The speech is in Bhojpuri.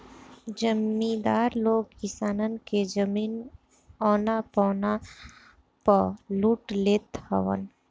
जमीदार लोग किसानन के जमीन औना पौना पअ लूट लेत हवन